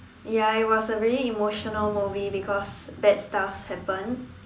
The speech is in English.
ya it was a very emotional movie because bad stuff happened